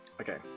okay